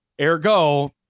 Ergo